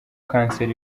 cancer